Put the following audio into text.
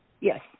Yes